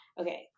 Okay